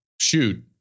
shoot